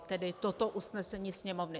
Tedy toto usnesení Sněmovny.